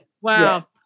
Wow